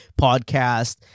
podcast